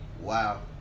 Wow